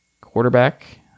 quarterback